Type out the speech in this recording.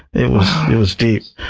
it was it was deep.